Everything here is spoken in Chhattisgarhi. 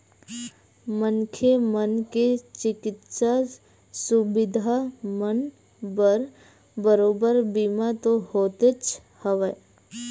मनखे मन के चिकित्सा सुबिधा मन बर बरोबर बीमा तो होतेच हवय